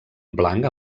blanc